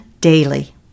daily